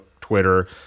Twitter